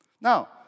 Now